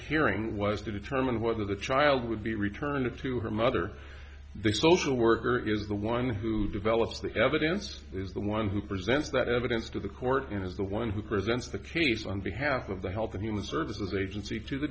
hearing was to determine whether the child would be returned to her mother the social worker is the one who develops the evidence is the one who present that evidence to the court and is the one who presents the case on behalf of the health and human services agency to the